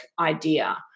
idea